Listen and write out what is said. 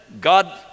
God